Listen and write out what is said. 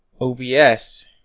OBS